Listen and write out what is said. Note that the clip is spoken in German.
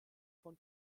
von